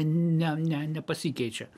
ne ne nepasikeičia